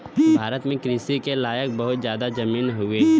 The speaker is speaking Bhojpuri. भारत में कृषि के लायक बहुत जादा जमीन हउवे